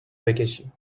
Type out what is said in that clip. بکشی